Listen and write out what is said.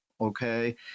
okay